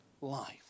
life